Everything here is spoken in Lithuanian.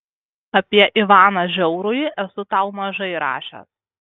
apie ivaną žiaurųjį esu tau mažai rašęs